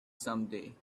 someday